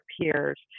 peers